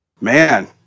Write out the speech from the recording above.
man